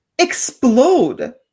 explode